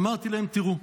אמרתי להם: תראו,